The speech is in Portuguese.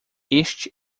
este